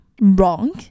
wrong